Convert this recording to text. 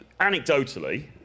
anecdotally